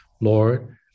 lord